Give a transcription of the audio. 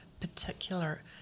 particular